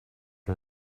her